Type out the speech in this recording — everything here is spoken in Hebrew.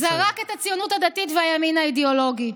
זרק את הציונות הדתית והימין האידיאולוגי.